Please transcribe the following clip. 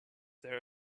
there